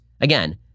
Again